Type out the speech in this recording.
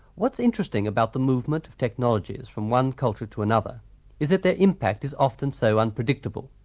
what is interesting about the movement of technologies from one culture to another is that their impact is often so unpredictable.